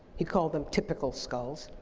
he called them typical skulls,